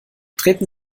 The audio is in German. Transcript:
treten